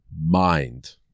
mind